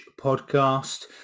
podcast